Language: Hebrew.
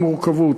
המורכבות,